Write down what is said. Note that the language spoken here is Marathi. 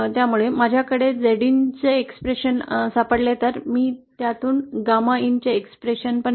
त्यामुळे मला Zin अभिव्यक्ती सापडत असल्यामुळे